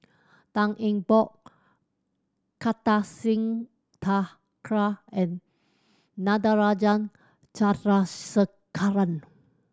Tan Eng Bock Kartar Singh Thakral and Natarajan Chandrasekaran